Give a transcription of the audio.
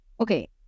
Okay